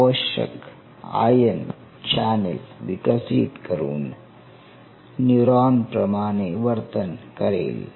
आवश्यक आयन चॅनेल विकसित करून न्यूरॉन् प्रमाणे वर्तन करेल